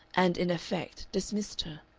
and in effect dismissed her.